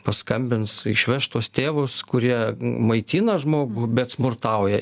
paskambins išveš tuos tėvus kurie maitina žmogų bet smurtauja